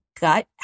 Gut